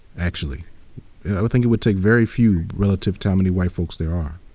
actually. i think it would take very few relative to how many white folks there are.